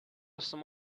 some